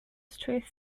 straight